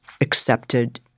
accepted